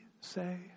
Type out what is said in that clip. say